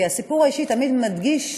כי הסיפור האישי תמיד מדגיש